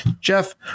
Jeff